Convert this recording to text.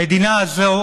המדינה הזאת,